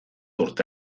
urte